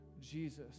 Jesus